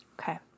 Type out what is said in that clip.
Okay